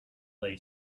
lay